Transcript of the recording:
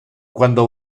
cuando